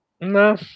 no